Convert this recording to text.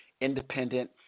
independent